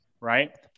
right